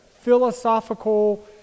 philosophical